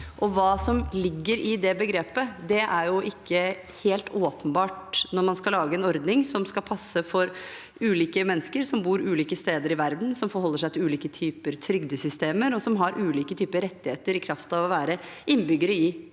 hva som ligger i det begrepet, er jo ikke helt åpenbart når man skal lage en ordning som skal passe for ulike mennesker som bor ulike steder i verden, som forholder seg til ulike typer trygdesystemer, og som har ulike typer rettigheter i kraft av å være innbyggere i